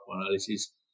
analysis